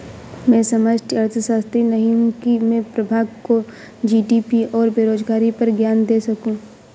मैं समष्टि अर्थशास्त्री नहीं हूं की मैं प्रभा को जी.डी.पी और बेरोजगारी पर ज्ञान दे सकूं